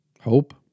Hope